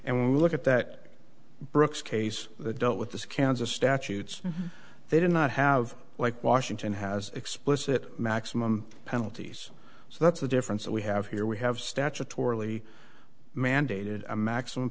and look at that brooks case dealt with this kansas statutes they did not have like washington has explicit maximum penalties so that's the difference that we have here we have statutorily mandated a maximum